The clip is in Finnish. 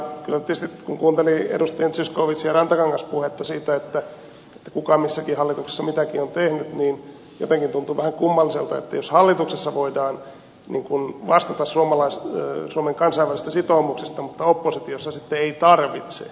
tietysti kun kuunteli edustajien zyskowicz ja rantakangas puheita siitä kuka missäkin hallituksessa mitäkin on tehnyt jotenkin tuntui vähän kummalliselta jos hallituksessa voidaan vastata suomen kansainvälisistä sitoumuksista mutta oppositiossa sitten ei tarvitse